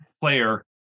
player